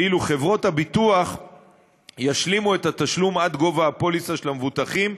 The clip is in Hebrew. ואילו חברות הביטוח ישלימו את התשלום עד גובה הפוליסה של המבוטחים,